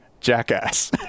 jackass